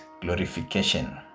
glorification